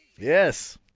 Yes